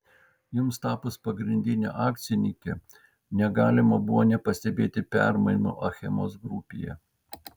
jums tapus pagrindine akcininke negalima buvo nepastebėti permainų achemos grupėje